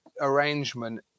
arrangement